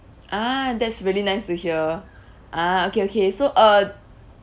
ah that's really nice to hear ah okay okay so uh